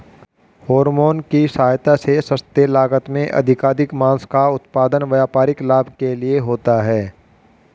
hormone की सहायता से सस्ते लागत में अधिकाधिक माँस का उत्पादन व्यापारिक लाभ के लिए होता है